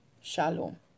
Shalom